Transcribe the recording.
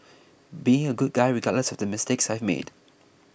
being a good guy regardless of the mistakes I made